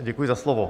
Děkuji za slovo.